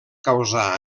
causar